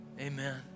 Amen